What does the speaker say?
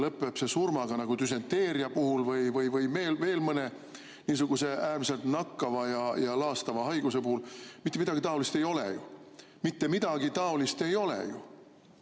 lõpeb surmaga nagu düsenteeria puhul või veel mõne niisuguse äärmiselt nakkava ja laastava haiguse puhul. Mitte midagi taolist ei ole ju. Mitte midagi taolist ei ole!